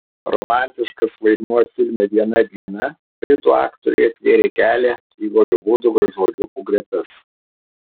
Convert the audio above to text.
romantiškas vaidmuo filme viena diena britų aktoriui atvėrė kelią į holivudo gražuoliukų gretas